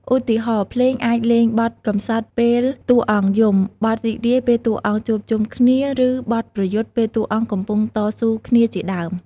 ឧទាហរណ៍ ភ្លេងអាចលេងបទកំសត់ពេលតួអង្គយំ បទរីករាយពេលតួអង្គជួបជុំគ្នា ឬបទប្រយុទ្ធពេលតួអង្គកំពុងតស៊ូគ្នាជាដើម។